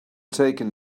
taking